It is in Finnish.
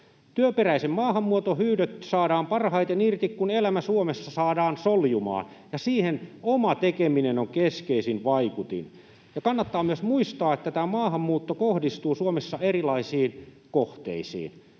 Työperäisen maahanmuuton hyödyt saadaan parhaiten irti, kun elämä Suomessa saadaan soljumaan, ja siihen oma tekeminen on keskeisin vaikutin. Ja kannattaa myös muistaa, että tämä maahanmuutto kohdistuu Suomessa erilaisiin kohteisiin